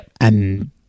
And-